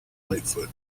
lightfoot